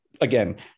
Again